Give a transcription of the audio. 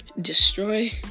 destroy